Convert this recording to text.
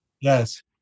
Yes